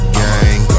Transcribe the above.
gang